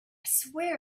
swear